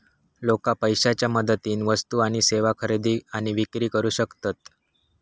लोका पैशाच्या मदतीन वस्तू आणि सेवा खरेदी आणि विक्री करू शकतत